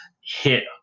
hit